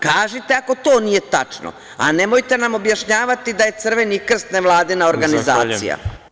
Kažite, ako to nije tačno, a nemojte nam objašnjavati da je Crveni krst nevladina organizacija.